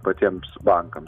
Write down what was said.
patiems bankams